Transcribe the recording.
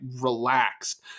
relaxed